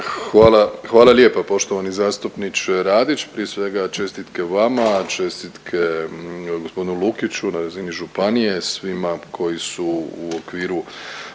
hvala lijepa poštovani zastupniče Radić. Prije svega čestitke vama, čestitke gospodinu Lukiću na razini županije, svima koji su u okviru